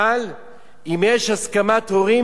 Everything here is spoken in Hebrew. אבל אם יש הסכמת הורים,